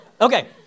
Okay